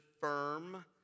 firm